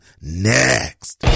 next